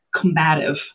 combative